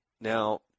Now